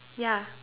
ya